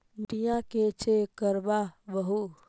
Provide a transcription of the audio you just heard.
मिट्टीया के चेक करबाबहू?